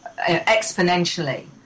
exponentially